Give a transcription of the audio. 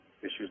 issues